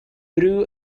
brew